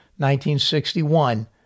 1961